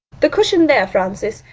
the cushion, there, francis.